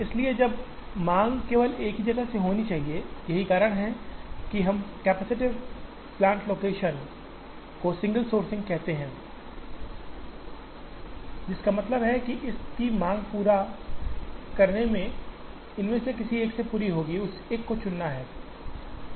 इसलिए सभी मांग केवल एक ही जगह से होनी चाहिए यही कारण है कि हम कैपेसिटेड प्लांट लोकेशन को सिंगल सोर्सिंग के साथ कहते हैं जिसका मतलब है इस की पूरी मॉंग इनमें से केवल एक से पूरी होगी और उस एक को चुनना होगा